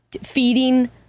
feeding